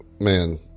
man